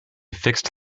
fixed